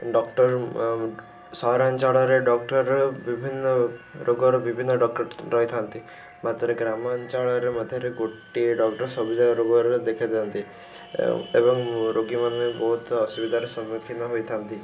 doctor ସହରାଞ୍ଚଳରେ doctor ବିଭିନ୍ନ ରୋଗର ବିଭିନ୍ନ ଡ଼କ୍ଟର ରହିଥାନ୍ତି ମାତ୍ରାରେ ଗ୍ରାମାଞ୍ଚଳରେ ମଧ୍ୟରେ ଗୋଟିଏ ଡ଼କ୍ଟର ସବୁଯାକ ରୋଗରେ ଦେଖେଇଦିଅନ୍ତି ଏବଂ ରୋଗୀମାନେ ବହୁତ ଅସୁବିଧାର ସମ୍ମୁଖୀନ ହୋଇଥାନ୍ତି